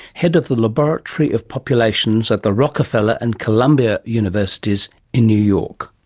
head of the laboratory of populations at the rockefeller and columbia universities in new york.